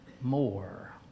more